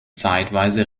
zeitweise